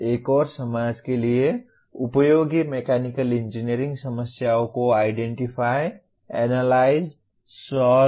एक और समाज के लिए उपयोगी मैकेनिकल इंजीनियरिंग समस्याओं को आइडेंटीफाई एनालाइज सॉल्व